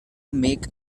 make